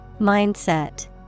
Mindset